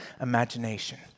imagination